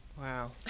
Wow